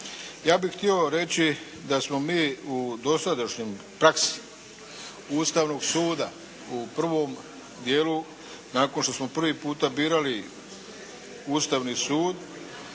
Ja bih htio reći da smo mi u dosadašnjoj praksi Ustavnog suda u prvom dijelu nakon što smo prvi puta birali Ustavni sud